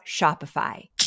Shopify